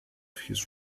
his